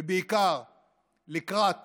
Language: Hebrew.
ובעיקר לקראת